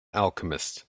alchemist